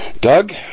Doug